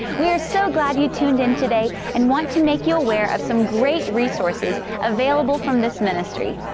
we are so glad you tuned in today and want to make you aware of some great resources available from this ministry.